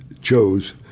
chose